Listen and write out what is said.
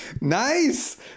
Nice